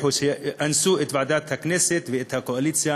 שאנסו את ועדת הכנסת ואת הקואליציה